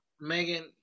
megan